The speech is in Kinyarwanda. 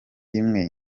rimwe